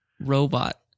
robot